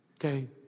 okay